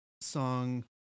song